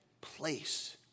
place